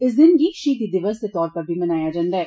इस दिन गी शहीदी दिवस दे तौर उप्पर बी मनाया जन्दा ऐ